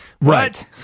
Right